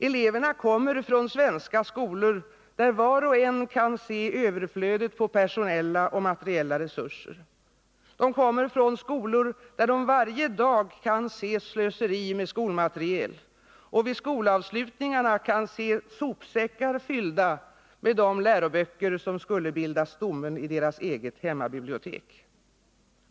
Eleverna kommer från svenska skolor där var och en kan se överflödet på personella och materiella resurser. De kommer från skolor där de varje dag kan se slöseri med skolmateriel, och vid skolavslutningarna kan de se sopsäckar fyllda med de läroböcker som skulle bilda stommen i deras eget hemmabibliotek.